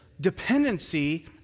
dependency